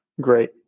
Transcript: great